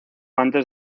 antes